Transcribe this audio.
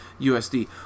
USD